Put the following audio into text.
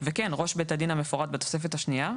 וכן ראש בית הדין המפורט בתוספת השנייה,